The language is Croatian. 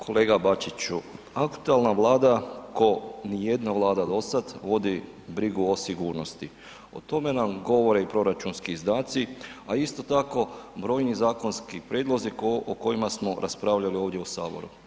Kolega Bačiću, aktualna Vlada ko nijedna vlada do sada vodi brigu o sigurnosti, o tome nam govore i proračunski izdaci, a isto tako brojni zakonski prijedlozi o kojima smo raspravljali ovdje u Saboru.